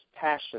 passion